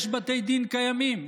יש בתי דין קיימים.